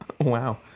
Wow